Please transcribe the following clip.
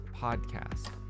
podcast